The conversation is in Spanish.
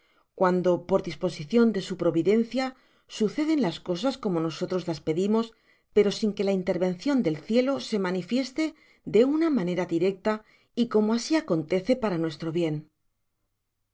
cuando por disposicion de su providencia suceden las cosas como nosotros las pedimos pero sin que la intervencion del cielo se manifieste de una manera directa y como asi acontece para nuestro bien